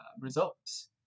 results